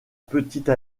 petite